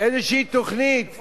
איזו תוכנית?